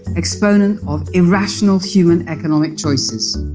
exponent of irrational human economic choice.